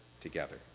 together